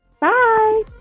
Bye